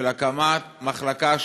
של הקמת מחלקה,